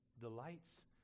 delights